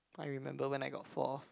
I remember when I got fourth